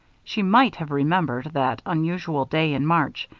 she might have remembered that unusual day in march,